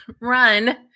run